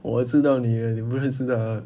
我知道你你不认识她